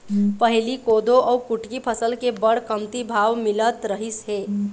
पहिली कोदो अउ कुटकी फसल के बड़ कमती भाव मिलत रहिस हे